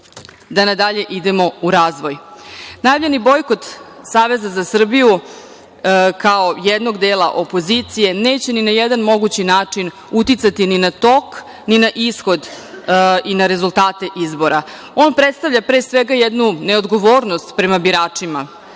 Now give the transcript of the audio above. da na dalje idemo u razvoj. Najavljeni bojkot Saveza za Srbiju, kao jednog dela opozicije, neće ni na jedan mogući način uticati ni na tok, ni na ishod i na rezultate izbora. On predstavlja jednu neodgovornost prema biračima,